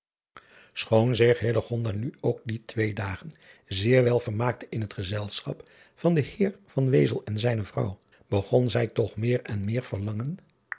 choon zich nu ook die twee dagen zeer wel vermaakte in het gezelschap van den eer en zijne vrouw begon zij toch meer en meer verlangen